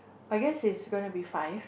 I guess it's going to be five